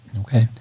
Okay